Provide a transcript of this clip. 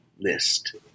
list